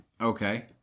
Okay